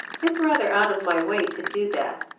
it's rather out of my way to do that.